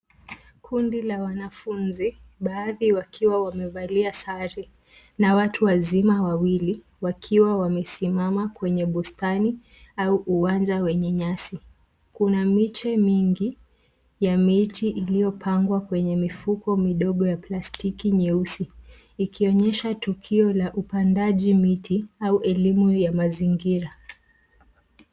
Kundi la wanafunzi, baadhi wakiwa wamevalia sare na watu wazima wawili wakiwa wamesimama kwenye bustani au uwanja wenye nyasi. Kuna miche mingi ya miti iliyopangwa kwenye mifuko midogo ya plastiki nyeusi. Ikionyesha tukio la upandaji miti au elimu ya mazingira.